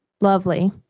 Lovely